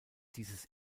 dieses